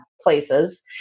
places